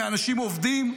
מאנשים עובדים.